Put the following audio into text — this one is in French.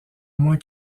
moins